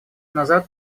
назад